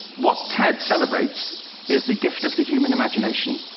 what ted celebrates is the gift of the human imagination.